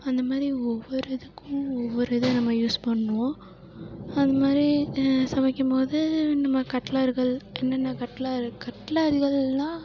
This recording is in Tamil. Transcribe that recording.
அந்தமாதிரி ஒவ்வொரு இதுக்கும் ஒவ்வொரு இதை நம்ம யூஸ் பண்ணுவோம் அந்தமாதிரி சமைக்கும்போது நம்ம கட்லர்கள் என்னென்ன கட்லர் கட்லர்கள்னால்